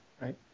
Right